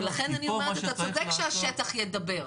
ולכן אני אומרת שאתה צודק שהשטח ידבר,